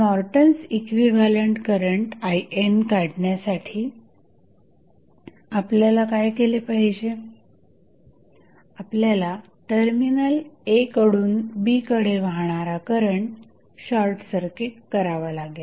Norton's equivalent current IN काढण्यासाठी आपल्याला काय केले पाहिजे आपल्याला टर्मिनल a कडून b कडे वाहणारा करंट शॉर्टसर्किट करावा लागेल